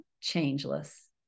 changeless